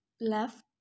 left